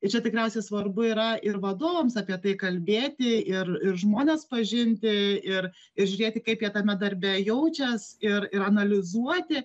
ir čia tikriausiai svarbu yra ir vadovams apie tai kalbėti ir ir žmones pažinti ir ir žiūrėti kaip jie tame darbe jaučias ir ir analizuoti